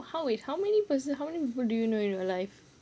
how how wait how many person how many people do you know in your life